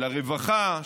של הרווחה,